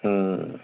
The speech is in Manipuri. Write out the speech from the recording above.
ꯎꯝ